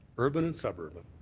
urban and suburban,